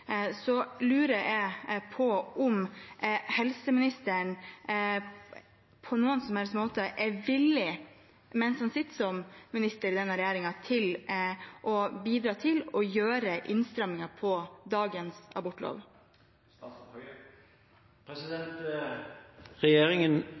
lurer jeg på om helseministeren på noen som helst måte er villig til – mens han sitter som helseminister i denne regjeringen – å bidra til å gjøre innstramminger i dagens